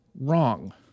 wrong